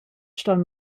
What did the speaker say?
ston